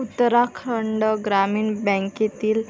उत्तराखंड ग्रामीण बँकेतील